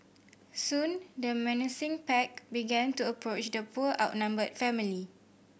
soon the menacing pack began to approach the poor outnumbered family